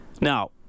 Now